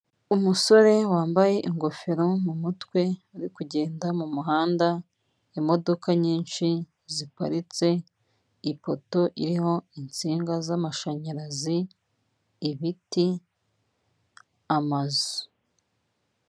Umusore wambaye ingofero mu mutwe, uri kugenda mu muhanda, imodoka nyinshi ziparitse, ipoto iriho intsinga z'amashanyarazi, ibiti, amazu.